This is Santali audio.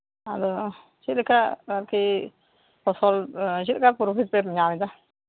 ᱟᱫᱚ ᱪᱮᱫ ᱞᱮᱠᱟ ᱟᱨᱠᱤ ᱯᱷᱚᱥᱚᱞ ᱪᱮᱫ ᱞᱮᱠᱟ ᱯᱨᱚᱯᱷᱤᱴᱮᱢ ᱧᱟᱢ ᱮᱫᱟ